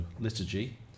liturgy